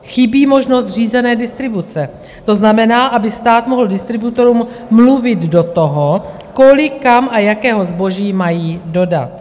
Chybí možnost řízené distribuce, to znamená, aby stát mohl distributorům mluvit do toho, kolik, kam a jakého zboží mají dodat.